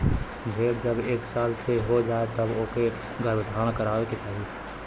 भेड़ जब एक साल के हो जाए तब ओके गर्भधारण करवाए के चाही